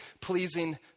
pleasing